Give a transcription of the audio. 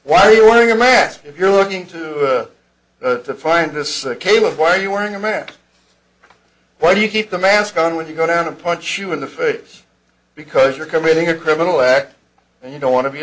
why are you wearing a mask if you're looking to find this a case of why are you wearing a mask why do you keep the mask on when you go down to punch you in the face because you're committing a criminal act and you don't want to be